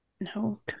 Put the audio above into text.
No